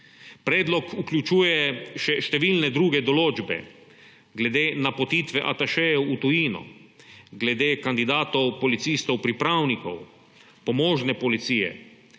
Predlog vključuje še številne druge določbe: glede napotitve atašejev v tujino, glede kandidatov policistov pripravnikov, pomožne policije,